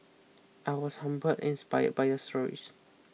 I was humble inspired by your stories